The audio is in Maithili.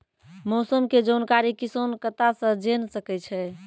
मौसम के जानकारी किसान कता सं जेन सके छै?